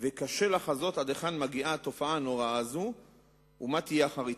וקשה לחזות עד היכן מגיעה התופעה הנוראה הזאת ומה תהיה אחריתה.